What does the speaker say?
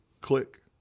click